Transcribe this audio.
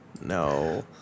No